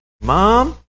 Mom